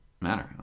matter